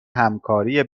همکاری